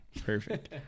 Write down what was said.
Perfect